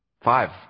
Five